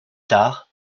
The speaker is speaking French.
tard